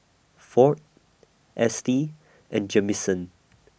Ford Estie and Jamison